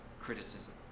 criticism